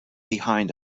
behind